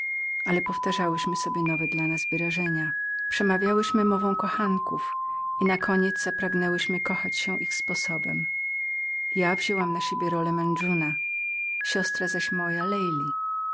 ale powtarzałyśmy sobie nowe dla nas wyrażenia przemawiałyśmy mową kochanków i nakoniec zapragnęłyśmy kochać się ich sposobem ja wzięłam na siebie rolę medżenuna siostra zaś moja